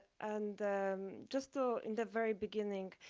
and just ah in the very beginning,